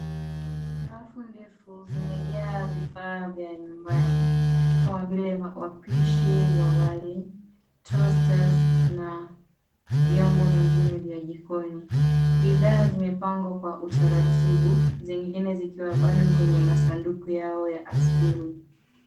Nyafu ndefu zimejaa vifaa vya nyumbani, kama vile wapishi wa wali, toasters , na vyombo vingine vya jikoni. Bidhaa zimepangwa kwa utaratibu, zingine zikiwa bado kwenye masanduku yao ya asili.